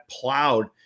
plowed